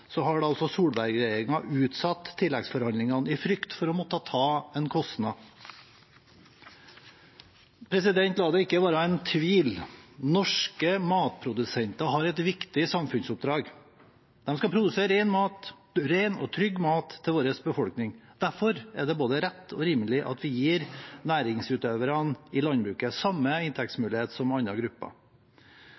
har da altså Solberg-regjeringen utsatt tilleggsforhandlingene i frykt for å måtte ta en kostnad. La det ikke være noen tvil: Norske matprodusenter har et viktig samfunnsoppdrag. De skal produsere ren og trygg mat til vår befolkning. Derfor er det både rett og rimelig at vi gir næringsutøverne i landbruket samme